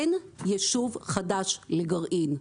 אין יישוב חדש לגרעין.